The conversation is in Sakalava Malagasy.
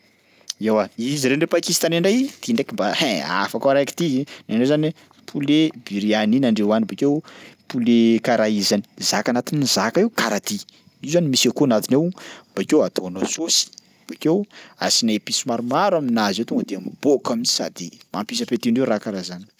Eoa i zareo ndray pakistanais ndray, ty ndraiky mba hein! Hafa koa araiky ity. Ny andreo zany hoe poulet byriani ny andreo any, bakeo poulet karahi zany. Zaka anatin'ny zaka io karaha ty: io zany misy akoho anatiny ao, bakeo ataonao saosy, bakeo asiana episy maromaro aminazy ao tonga de miboaka mihitsy sady mampisy appétit-ndreo raha karaha zany.